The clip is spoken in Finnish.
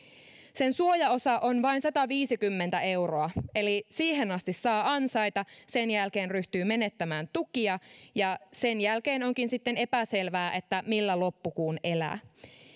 sen suojaosa on vain sataviisikymmentä euroa eli siihen asti saa ansaita sen jälkeen ryhtyy menettämään tukia ja sen jälkeen onkin sitten epäselvää millä loppukuun elää